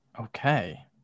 Okay